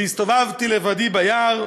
והסתובבתי לבדי ביער,